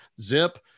Zip